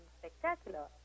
spectacular